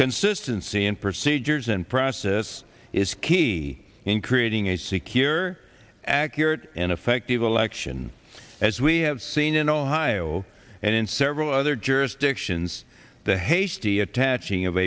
consistency in procedures and process is key in creating a secure accurate and effective election as we have seen in ohio and in several other jurisdictions the hasty attaching of